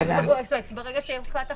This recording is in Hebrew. ברגע שהוחלט אחרת,